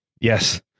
yes